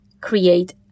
create